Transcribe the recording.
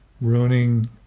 ruining